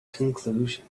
conclusion